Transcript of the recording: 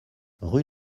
rue